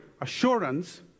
assurance